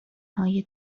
های